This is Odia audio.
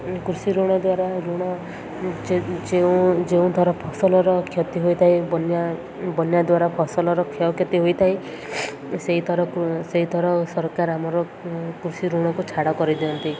କୃଷି ଋଣ ଦ୍ୱାରା ଋଣ ଯେଉଁ ଯେଉଁ ଦ୍ଵାରା ଫସଲର କ୍ଷତି ହୋଇଥାଏ ବନ୍ୟା ବନ୍ୟା ଦ୍ୱାରା ଫସଲର କ୍ଷୟକ୍ଷତି ହୋଇଥାଏ ସେହିଥର ସେହିଥର ସରକାର ଆମର କୃଷି ଋଣକୁ ଛାଡ଼ କରିଦିଅନ୍ତି